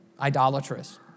idolatrous